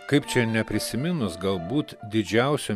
kaip čia neprisiminus galbūt didžiausio